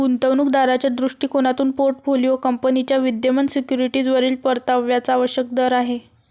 गुंतवणूक दाराच्या दृष्टिकोनातून पोर्टफोलिओ कंपनीच्या विद्यमान सिक्युरिटीजवरील परताव्याचा आवश्यक दर आहे